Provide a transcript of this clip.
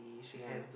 yea